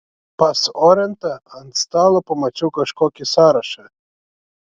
pas orentą ant stalo pamačiau kažkokį sąrašą